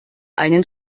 einen